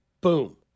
boom